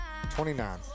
29